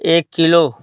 एक किलो